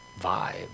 vibe